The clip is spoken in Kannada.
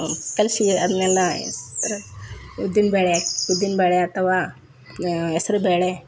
ಕಲಸಿ ಅದನ್ನೆಲ್ಲಾ ರ ಉದ್ದಿನ ಬೇಳೆ ಉದ್ದಿನ ಬೇಳೆ ಅಥವ ಹೆಸರು ಬೇಳೆ